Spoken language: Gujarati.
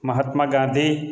મહાત્મા ગાંધી